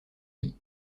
pays